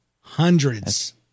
hundreds